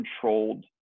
controlled